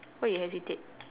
why you hesitate